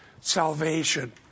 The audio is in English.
salvation